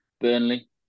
Burnley